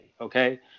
Okay